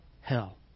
hell